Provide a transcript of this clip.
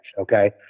Okay